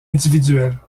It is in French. individuel